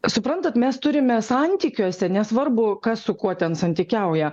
suprantat mes turime santykiuose nesvarbu kas su kuo ten santykiauja